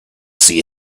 see